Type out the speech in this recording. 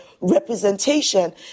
representation